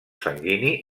sanguini